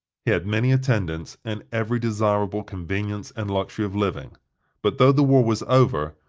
he had many attendants, and every desirable convenience and luxury of living but, though the war was over,